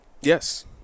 Yes